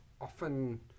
often